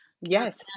Yes